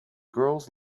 girls